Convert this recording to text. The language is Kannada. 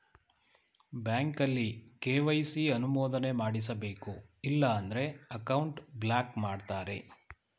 ಬ್ಯಾಂಕಲ್ಲಿ ಕೆ.ವೈ.ಸಿ ಅನುಮೋದನೆ ಮಾಡಿಸಬೇಕು ಇಲ್ಲ ಅಂದ್ರೆ ಅಕೌಂಟ್ ಬ್ಲಾಕ್ ಮಾಡ್ತಾರೆ